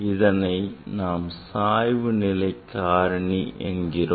இதனை நாம் சாய்வு நிலை காரணி என்கிறோம்